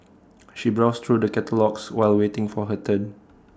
she browsed through the catalogues while waiting for her turn